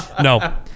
No